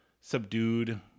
subdued